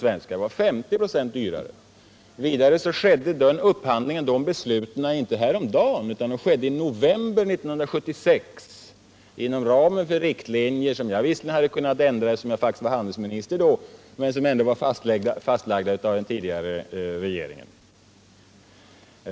Vidare fattades besluten om den upphandlingen inte häromdagen utan i november 1976, inom ramen för riktlinjer som jag visserligen hade kunnat ändra eftersom jag faktiskt var handelsminister då, men som ändå var fastlagda av den tidigare regeringen.